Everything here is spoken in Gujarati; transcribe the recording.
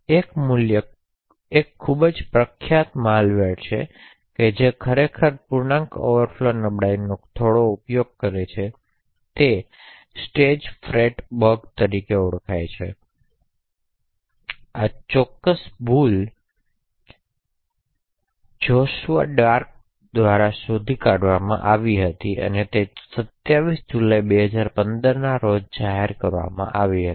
એક ખૂબ પ્રખ્યાત માલવેર છે જે ખરેખર પૂર્ણાંક ઓવરફ્લો નબળાઈઓનો થોડો ઉપયોગ કરે છે તે સ્ટેજફ્રેટ બગ તરીકે ઓળખાય છે તેથી આ ચોક્કસ ભૂલ Joshua Drake દ્વારા શોધી કાઢવામાં આવી હતી અને 27 જુલાઈ 2015ના રોજ જાહેર કરવામાં આવી હતી